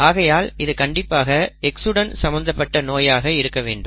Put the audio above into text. ஆகையால் இது கண்டிப்பாக X உடன் சம்மந்தப்பட்ட நோயாக இருக்க வேண்டும்